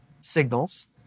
signals